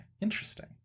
Interesting